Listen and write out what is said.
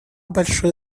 большое